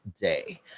day